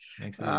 Thanks